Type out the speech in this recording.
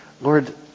Lord